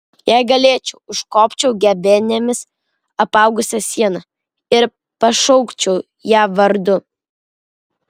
jei galėčiau užkopčiau gebenėmis apaugusia siena ir pašaukčiau ją vardu